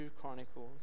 Chronicles